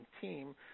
team